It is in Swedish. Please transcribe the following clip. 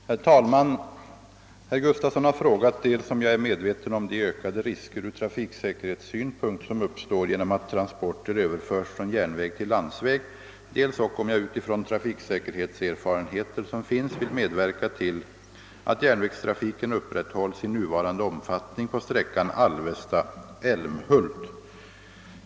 Herr talman! Herr Gustavsson i Alvesta har frågat dels om jag är medveten om de ökade risker ur trafiksäkerhetssynpunkt som uppstår genom att transporter överförs från järnväg till landsväg, dels ock om jag utifrån trafiksäkerhetserfarenheter som finns vill medverka till att järnvägstrafiken upprätthålls i nuvarande omfattning på sträckan Alvesta—Älmhult.